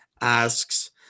asks